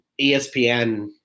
ESPN